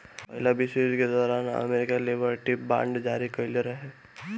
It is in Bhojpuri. पहिला विश्व युद्ध के दौरान अमेरिका लिबर्टी बांड जारी कईले रहे